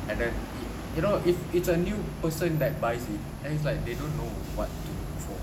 and then it i~ you know if it's a new person that buys it and it's like they don't know what to look for